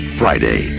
friday